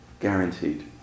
Guaranteed